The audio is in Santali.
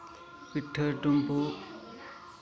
ᱯᱤᱴᱷᱟᱹ ᱰᱩᱢᱵᱩᱜ